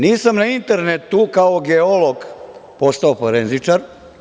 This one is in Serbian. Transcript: Nisam na internetu kao geolog postao forenzičar.